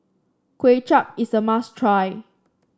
Kuay Chap is a must try